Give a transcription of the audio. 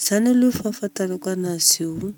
Izany aloha ny fahafantarako anazy io.